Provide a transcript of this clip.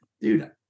dude